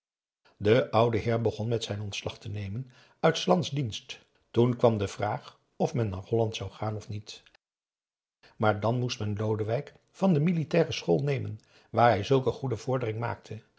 de oude heer begon met zijn ontslag te nemen uit s lands dienst toen kwam de vraag of men naar holland zou gaan of niet maar dan moest men lodewijk van de militaire school nemen waar hij zulke goede vorderingen maakte